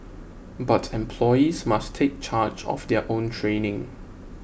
but employees must take charge of their own training